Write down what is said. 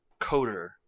coder